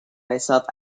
myself